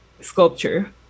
sculpture